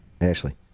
Ashley